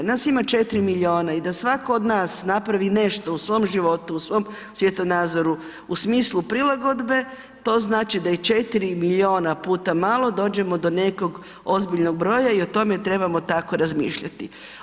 Nas ima 4 milijuna i da svatko od nas napravi nešto u svom životu, u svom svjetonazoru u smislu prilagodbe, to znači da je 4 milijuna puta malo, dođemo do nekog ozbiljnog broja i o tome trebamo tako razmišljati.